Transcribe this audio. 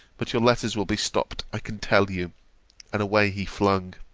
but your letters will be stopt, i can tell you and away he flung.